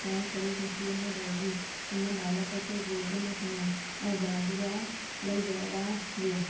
तंहिं करे ख़ुशीअ में भरजी हिन बालक खे गोदु में खयो ऐं जहाज़ जा लही घरा वियो